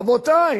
רבותי,